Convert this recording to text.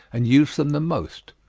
and use them the most.